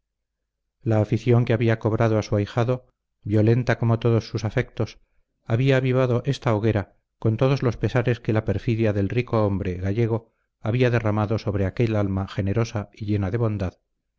la afición que había cobrado a su ahijado violenta como todos sus afectos había avivado esta hoguera con todos los pesares que la perfidia del rico hombre gallego había derramado sobre aquel alma generosa y llena de bondad